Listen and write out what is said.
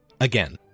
Again